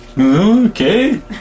okay